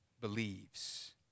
believes